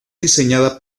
diseñada